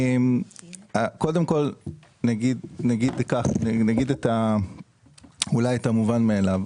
נגיד את המובן מאליו,